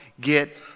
get